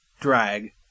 drag